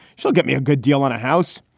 she'll get me a good deal on a house.